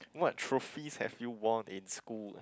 what trophies have you won in school